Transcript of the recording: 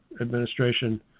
administration